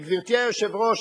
גברתי היושבת-ראש,